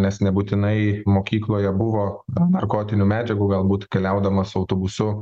nes nebūtinai mokykloje buvo narkotinių medžiagų galbūt keliaudamas autobusu